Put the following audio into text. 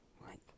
right